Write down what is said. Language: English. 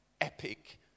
Epic